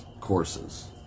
courses